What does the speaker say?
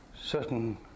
certain